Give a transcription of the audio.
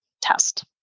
test